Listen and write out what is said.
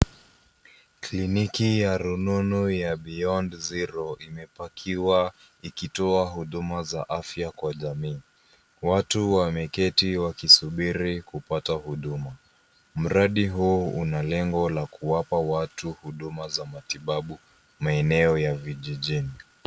Kliniki ya rununu ya Beyond Zero imepakiwa ikitoa huduma za afya kwa jamii. Watu wameketi wakisubiri kupata huduma. Mradi huu una lengo la kuwapa watu huduma za matibabu maeneo ya vijijini.